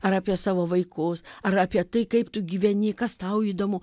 ar apie savo vaikus ar apie tai kaip tu gyveni kas tau įdomu